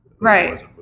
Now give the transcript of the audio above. right